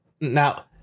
Now